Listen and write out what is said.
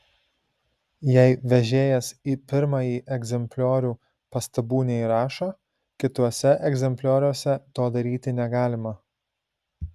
jei vežėjas į pirmąjį egzempliorių pastabų neįrašo kituose egzemplioriuose to daryti negalima